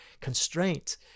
Constraint